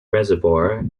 reservoir